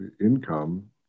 income